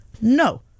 No